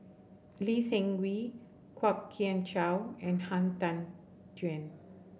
Lee Seng Wee Kwok Kian Chow and Han Tan Juan